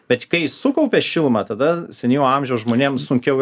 bet kai sukaupia šilumą tada senyvo amžiaus žmonėm sunkiau